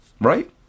right